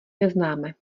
neznáme